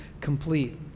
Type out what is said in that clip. complete